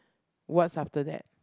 what's after that